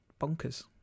bonkers